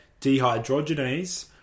dehydrogenase